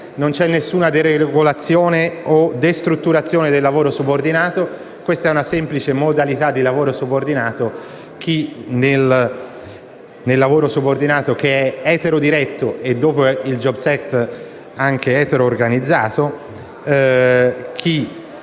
non c'è nessuna deregolazione o destrutturazione del lavoro subordinato, questa è una semplice modalità di lavoro subordinato: chi ha un rapporto di lavoro subordinato, che è etero-diretto e, dopo il *jobs* *act*, anche etero-organizzato, può